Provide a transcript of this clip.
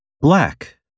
Black